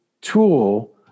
tool